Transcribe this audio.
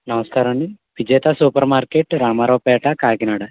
నమస్కారం అండి Vijetha super market Ramaraopeta Kakinada